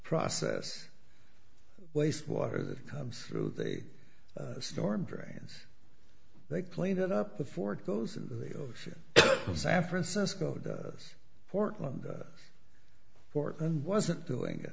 process waste water that comes through they storm drains they clean it up before it goes into the ocean or san francisco does portland portland wasn't doing